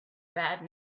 bad